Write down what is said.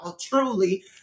truly